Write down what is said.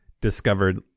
discovered